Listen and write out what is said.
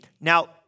Now